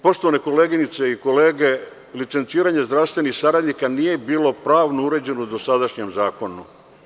Poštovane koleginice i kolege, licenciranje zdravstvenih saradnika nije bilo pravno uređeno u dosadašnjem zakonu.